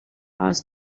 asked